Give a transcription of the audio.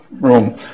room